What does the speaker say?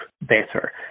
better